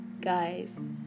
guys